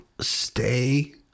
Stay